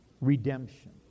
redemption